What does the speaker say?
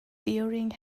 during